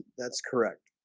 that's correct